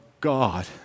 God